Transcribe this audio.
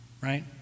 Right